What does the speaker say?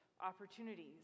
opportunities